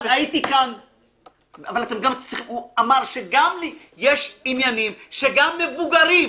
הוא אמר, יש עניינים שגם מבוגרים,